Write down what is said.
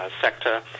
sector